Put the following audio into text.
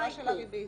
ההטבה של הריבית.